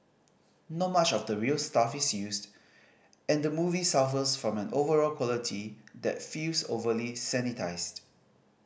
not much of the real stuff is used and the movie suffers from an overall quality that feels overly sanitised